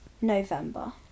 november